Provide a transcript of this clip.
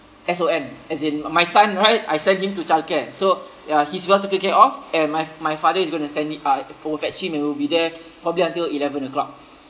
S O N as in my son right I send him to childcare so ya he's well taken care of and my my father is going to send hi~ uh will fetch him and will be there probably until eleven o'clock